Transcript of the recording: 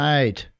Right